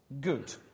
good